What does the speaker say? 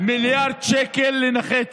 מיליארד שקל לנכי צה"ל,